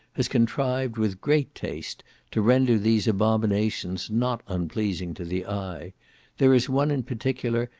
has contrived with great taste to render these abominations not unpleasing to the eye there is one in particular,